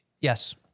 Yes